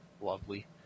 lovely